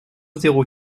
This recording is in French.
zéro